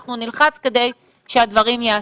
אנחנו נלחץ כדי שהדברים ייעשו.